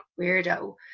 weirdo